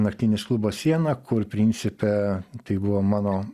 naktinis klubas siena kur principe tai buvo mano